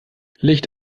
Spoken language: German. licht